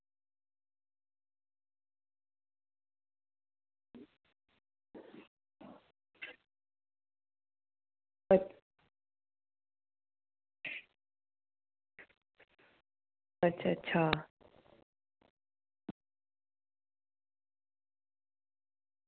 अच्छा अच्छा